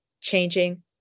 changing